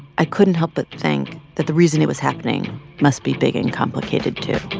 i couldn't help but think that the reason it was happening must be big and complicated, too